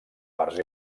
parts